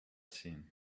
seen